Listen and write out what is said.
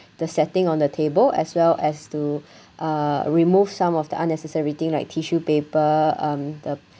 the setting on the table as well as to uh remove some of the unnecessary thing like tissue paper um the